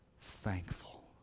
thankful